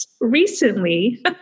Recently